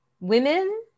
women